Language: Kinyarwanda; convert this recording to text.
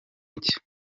nshya